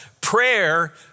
Prayer